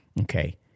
Okay